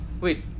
Wait